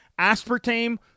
aspartame